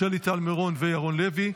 שלי טל מירון וירון לוי,